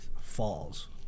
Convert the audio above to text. falls